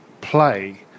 play